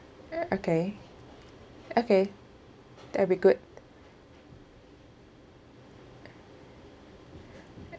okay okay that will be good